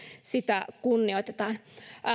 sitä kunnioitetaan